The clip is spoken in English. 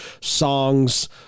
songs